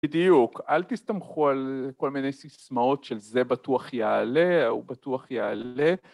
בדיוק, אל תסתמכו על כל מיני סיסמאות של זה בטוח יעלה, הוא בטוח יעלה